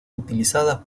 utilizadas